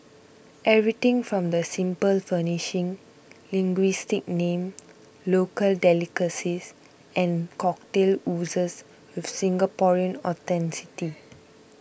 everything from the simple furnishing linguistic name local delicacies and cocktails oozes with Singaporean authenticity